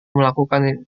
melakukan